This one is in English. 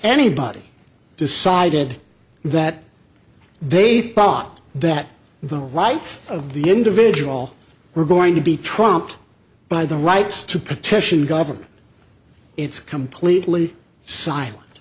anybody decided that they thought that the rights of the individual were going to be trumped by the right to petition government it's completely silent